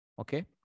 Okay